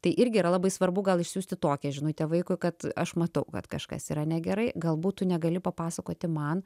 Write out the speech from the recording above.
tai irgi yra labai svarbu gal išsiųsti tokią žinutę vaikui kad aš matau kad kažkas yra negerai gal būt tu negali papasakoti man